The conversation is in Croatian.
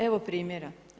Evo primjera.